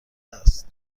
است